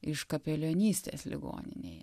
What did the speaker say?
iš kapelionystės ligoninėj